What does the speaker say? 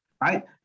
right